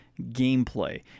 gameplay